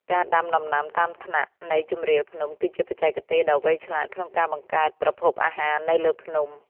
ការដាំដំណាំតាមថ្នាក់នៃជម្រាលភ្នំគឺជាបច្ចេកទេសដ៏វៃឆ្លាតក្នុងការបង្កើតប្រភពអាហារនៅលើភ្នំ។